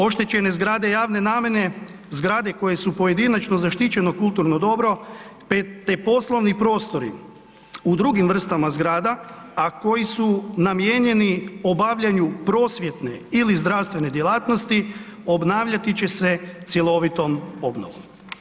Oštećene zgrade javne namjene, zgrade koje su pojedinačno zaštićeno kulturno dobro te poslovni prostori u drugim vrstama zgrada, a koji su namijenjeni obavljanju prosvjetne ili zdravstvene djelatnosti obnavljati će se cjelovitom obnovom.